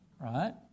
right